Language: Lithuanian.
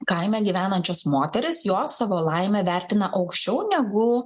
kaime gyvenančios moterys jos savo laimę vertina aukščiau negu